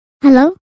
Hello